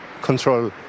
control